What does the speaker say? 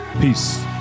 Peace